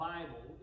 Bible